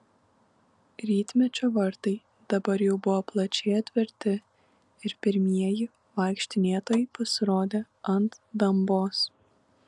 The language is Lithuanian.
rytmečio vartai dabar jau buvo plačiai atverti ir pirmieji vaikštinėtojai pasirodė ant dambos